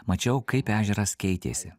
mačiau kaip ežeras keitėsi